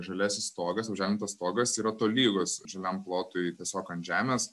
žaliasis stogas apželdintas stogas yra tolygus žaliam plotui tiesiog ant žemės